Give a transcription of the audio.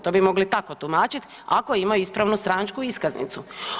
To bi mogli tako tumačiti ako ima ispravnu stranačku iskaznicu.